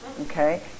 Okay